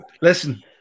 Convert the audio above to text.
Listen